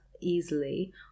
easily